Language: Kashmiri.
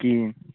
کِہیٖنۍ